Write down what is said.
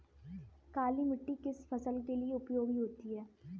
काली मिट्टी किस फसल के लिए उपयोगी होती है?